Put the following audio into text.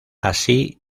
así